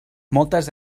moltes